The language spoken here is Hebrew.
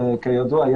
כידוע,